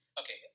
okay